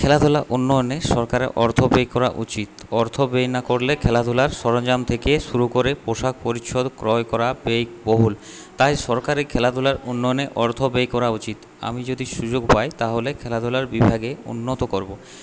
খেলাধুলা উন্নয়নে সরকারের অর্থ ব্যয় করা উচিত অর্থ ব্যয় না করলে খেলাধুলার সরঞ্জাম থেকে শুরু করে পোশাক পরিচ্ছদ ক্রয় করা ব্যয়বহুল তাই সরকারের খেলাধুলার উন্নয়নে অর্থ ব্যয় করা উচিত আমি যদি সুযোগ পাই তাহলে খেলাধূলার বিভাগে উন্নতি করবো